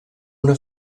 una